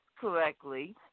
correctly